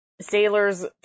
sailors